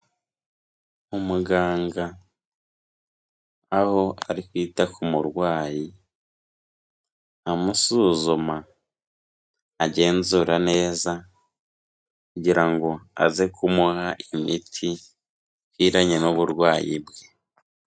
Umuganga aho ari kwita ku murwayi, amusuzuma agenzura neza kugira ngo aze kumuha imiti ikwiranye n'uburwayi bwe.